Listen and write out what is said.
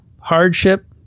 hardship